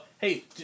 hey